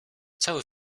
cały